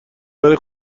برا